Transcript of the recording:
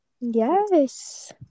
yes